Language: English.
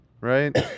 right